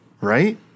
Right